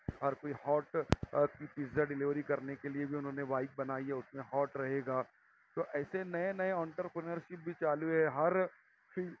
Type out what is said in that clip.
ہر کوئی hot pizza delivery کرنے کے لیے بھی انہوں نے بائیک بنائی ہے اس میں ہوٹ رہے گا تو ایسے نئے نئے آنٹرکنرشپ بھی چالو ہے ہر